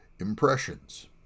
impressions